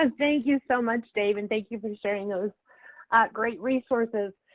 and thank you so much, dave, and thank you for sharing those great resources.